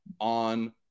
on